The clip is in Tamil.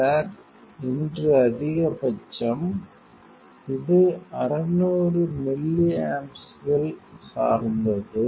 சார் இன்று அதிகபட்சம் 2427இது 600 மில்லி ஆம்ப்ஸ்கள் சார்ந்தது